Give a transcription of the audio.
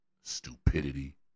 stupidity